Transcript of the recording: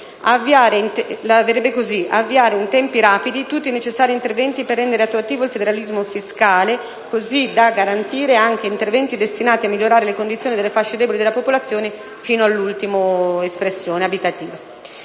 avviare, in tempi rapidi, tutti i necessari interventi per rendere attuativo il federalismo fiscalecosì da garantire anche interventi destinati a migliorare le condizioni delle fasce deboli della popolazione, in primo luogo le famiglie